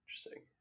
Interesting